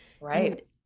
Right